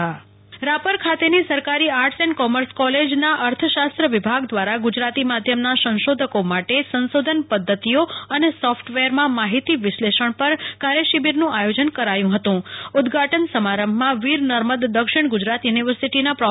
કલ્પના શાહ કાર્યશિબિર રાપર ખાતેની સરકારી આર્ટસ એન્ડ કોમર્સ કોલેજના અર્થશાત્ર વિભાગ દ્વારા ગુજરાતી માધ્યમના સંશોધકો માટે સંશોધન પદ્વતિઓ અને સોફટવેરમાં માહિતી વિશ્લેષણ પર કાર્યશિબિરનું આયોજન થયું હતું ઉદ્વાટન સમારંભમાં વીર નર્મદ દક્ષિણ ગુજરાત યુનિવર્સિટીના પ્રા